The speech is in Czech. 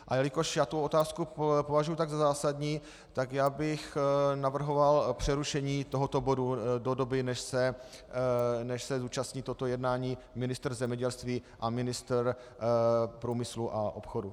A jelikož já tu otázku považuji za zásadní, tak bych navrhoval přerušení tohoto bodu do doby, než se zúčastní tohoto jednání ministr zemědělství a ministr průmyslu a obchodu.